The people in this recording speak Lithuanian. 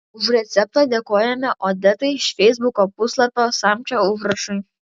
už receptą dėkojame odetai iš feisbuko puslapio samčio užrašai